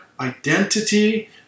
identity